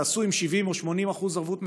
תעשו עם 70% או 80% ערבות מדינה,